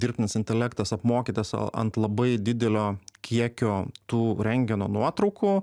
dirbtinis intelektas apmokytas ant labai didelio kiekio tų rengeno nuotraukų